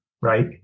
right